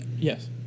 Yes